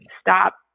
stop